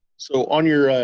so on your